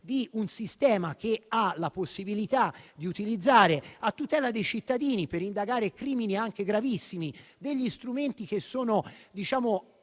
di un sistema che ha la possibilità di utilizzare, a tutela dei cittadini, per indagare crimini anche gravissimi, degli strumenti che sono